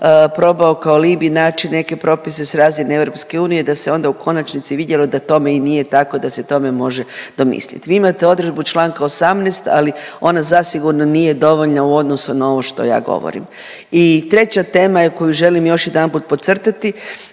probao kao alibi naći neke propise s razine EU da se onda u konačnici vidjelo da tome i nije tako, da se tome može domislit. Vi imate odredbu čl. 18., ali ona zasigurno nije dovoljna u odnosu na ovo što ja govorim. I treća tema je koju želim još jedanput podcrtati,